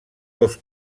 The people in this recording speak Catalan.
dos